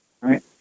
right